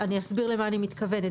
אני אסביר למה אני מתכוונת.